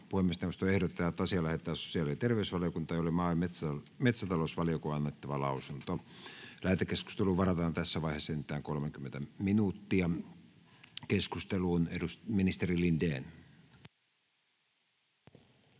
että asia lähetetään sosiaali‑ ja terveysvaliokuntaan, jolle maa‑ ja metsätalousvaliokunnan on annettava lausunto. Lähetekeskusteluun varataan tässä vaiheessa enintään 30 minuuttia. — Keskusteluun, ministeri Lindén.